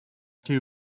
too